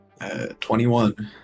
21